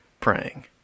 praying